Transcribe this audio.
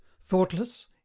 thoughtless